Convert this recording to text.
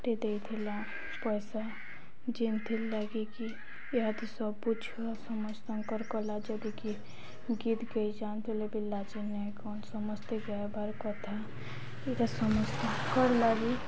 ଟେ ଦେଇଥିଲା ପଏସା ଯେନ୍ଥିର୍ ଲାଗି କି ଇହାଦେ ସବୁ ଛୁଆ ସମସ୍ତଙ୍କର୍ କଲା ଯଦି କେ ଗୀତ୍ ଗାଇଯାନୁଥିଲେ ବେଲେ ବି ସମସ୍ତେ ଗାଏବାର୍ କଥା ଇଟା ସମସ୍ତଙ୍କର୍ଲାଗି